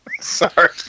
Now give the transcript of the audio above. Sorry